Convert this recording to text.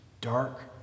dark